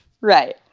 Right